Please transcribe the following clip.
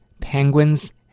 penguins